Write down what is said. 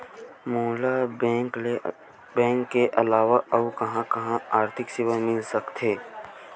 मोला बैंक के अलावा आऊ कहां कहा आर्थिक सेवा मिल सकथे?